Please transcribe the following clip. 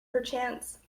perchance